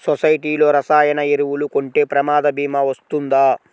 సొసైటీలో రసాయన ఎరువులు కొంటే ప్రమాద భీమా వస్తుందా?